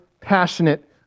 passionate